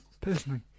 personally